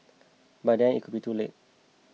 by then it could be too late